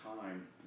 time